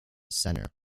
center